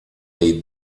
dei